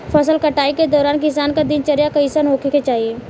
फसल कटाई के दौरान किसान क दिनचर्या कईसन होखे के चाही?